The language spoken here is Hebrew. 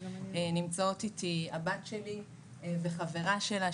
נמצאות אתי הבת שלי וחברה שלה.